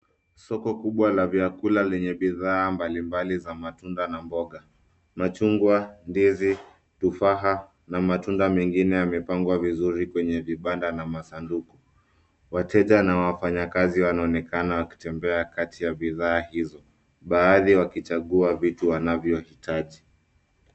Soko kubwa la vyakula lenye bidhaa mbali mbali za matunda na mboga, machungwa, ndizi, tufaha na matunda mengine yamepangwa vizuri kwenye vibanda na masanduku. Wateja na wafanyikazi wanaoenekana wakitembea kati ya bidhaa hizo baadhi wakichagua vitu wanavyo hitaji.